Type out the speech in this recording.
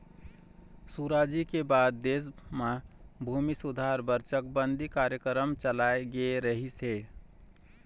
सुराजी के बाद देश म भूमि सुधार बर चकबंदी कार्यकरम चलाए गे रहिस हे